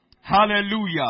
Hallelujah